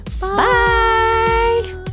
Bye